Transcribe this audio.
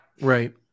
Right